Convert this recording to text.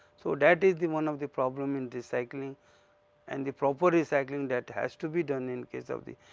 so, that is the one of the problem in recycling and the proper recycling that has to be done in case of the.